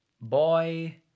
boy